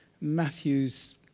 Matthew's